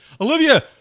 Olivia